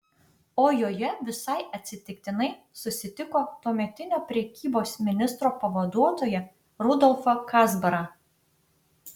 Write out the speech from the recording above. o joje visai atsitiktinai susitiko tuometinio prekybos ministro pavaduotoją rudolfą kazbarą